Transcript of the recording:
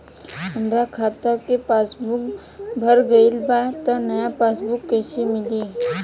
हमार खाता के पासबूक भर गएल बा त नया पासबूक कइसे मिली?